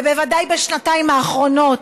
ובוודאי בשנתיים האחרונות,